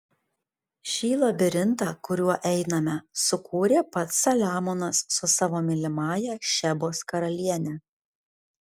šį labirintą kuriuo einame sukūrė pats saliamonas su savo mylimąja šebos karaliene